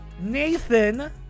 Nathan